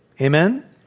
Amen